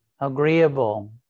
agreeable